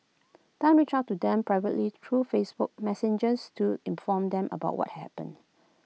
Tan reached out to them privately through Facebook Messengers to inform them about what had happened